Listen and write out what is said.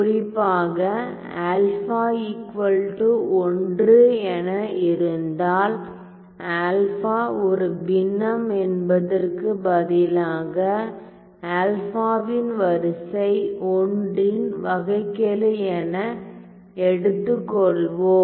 குறிப்பாக α 1 என இருந்தால் ஆல்பா ஒரு பின்னம் என்பதற்கு பதிலாக ஆல்பாவின் வரிசை 1 இன் வகைக்கெழு என எடுத்துக்கொள்வோம்